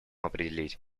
определить